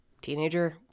teenager